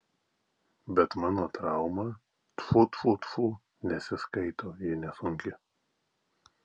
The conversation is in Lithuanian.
bet mano trauma tfu tfu tfu nesiskaito ji nesunki